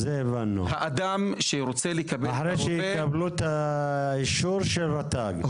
אחרי שיקבלו את האישור של רט"ג.